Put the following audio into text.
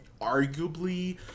arguably